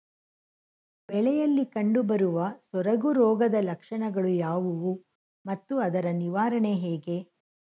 ಬೆಳೆಯಲ್ಲಿ ಕಂಡುಬರುವ ಸೊರಗು ರೋಗದ ಲಕ್ಷಣಗಳು ಯಾವುವು ಮತ್ತು ಅದರ ನಿವಾರಣೆ ಹೇಗೆ?